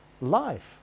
life